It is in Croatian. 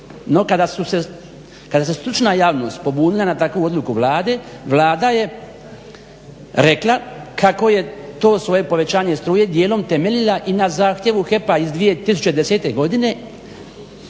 kada se stručna javnost pobunila na takvu odluku Vlade, Vlada je rekla kako je to svoje povećanje struje djelom temeljila i na zahtjevu HEP-a iz 2010. godine